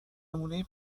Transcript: نمونهی